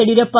Yediyurappa